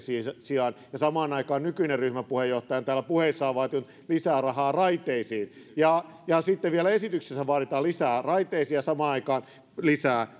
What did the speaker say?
sijaan ja samaan aikaan nykyinen ryhmäpuheenjohtaja on täällä puheissaan vaatinut lisää rahaa raiteisiin ja ja sitten vielä esityksissä vaaditaan lisää raiteisiin ja samaan aikaan lisää